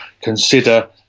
consider